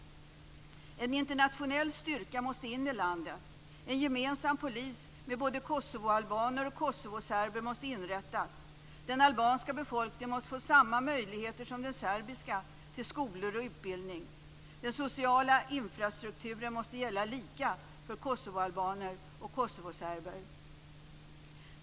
En internationell styrka måste in i landet. En gemensam polis med både kosovoalbaner och kosovoserber måste inrättas. Den albanska befolkningen måste få samma möjligheter som den serbiska till skolor och utbildning. Den sociala infrastrukturen måste gälla lika för kosovoalbaner och kosovoserber.